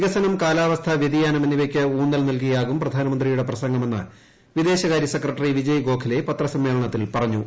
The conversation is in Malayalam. വികസനം കാലാവസ്ഥാ വ്യതിയാനം എന്നിവയ്ക്ക് ഉൌന്നൽ നല്കിയാകും പ്രധാനമന്ത്രിയുടെ പ്രസംഗമെന്ന് വിദേശകാര്യ സെക്രട്ടറി വിജയ് ഗോഖലെ പത്രസമ്മേളനത്തിൽ പറഞ്ഞു